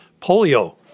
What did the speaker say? polio